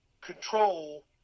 control